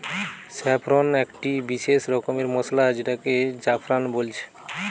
saffron একটি বিসেস রকমের মসলা যেটাকে জাফরান বলছে